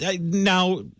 now